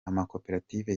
amakoperative